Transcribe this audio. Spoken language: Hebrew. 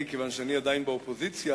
מכיוון שאני עדיין באופוזיציה,